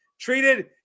treated